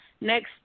Next